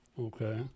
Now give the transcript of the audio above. Okay